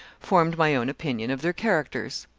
formed my own opinion of their characters.